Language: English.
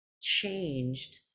changed